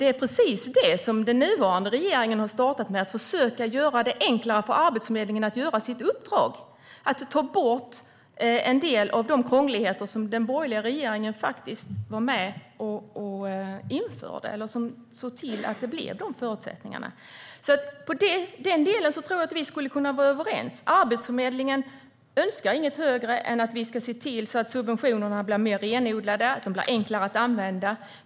Det är precis det den nuvarande regeringen har börjat med, nämligen att försöka göra det enklare för Arbetsförmedlingen att göra sitt uppdrag genom att ta bort en del av de krångligheter den borgerliga regeringen faktiskt var med och införde. Den var med och såg till att det blev de förutsättningarna. I den delen tror jag alltså att vi skulle kunna vara överens. Arbetsförmedlingen önskar inget högre än att vi ska se till att subventionerna blir mer renodlade och enklare att använda.